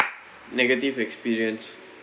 negative experience